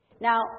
Now